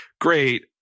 Great